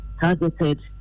targeted